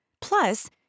Plus